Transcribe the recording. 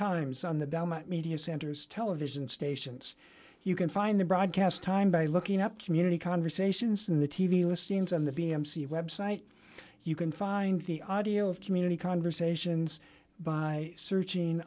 times on the media centers television stations you can find the broadcast time by looking up community conversations in the t v listings on the b m c website you can find the audio of community conversations by searching